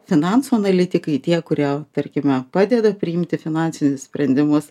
finansų analitikai tie kurie tarkime padeda priimti finansinius sprendimus